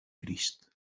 crist